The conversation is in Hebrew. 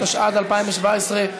התשע"ז 2017,